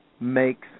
makes